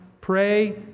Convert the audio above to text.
pray